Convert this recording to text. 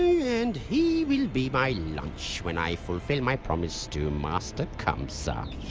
and he will be my lunch when i fulfill my promise to master kamsa!